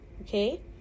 Okay